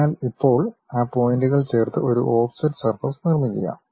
അതിനാൽ ഇപ്പോൾ ആ പോയിന്റുകൾ ചേർത്ത് ഒരു ഓഫ്സെറ്റ് സർഫസ് നിർമ്മിക്കുക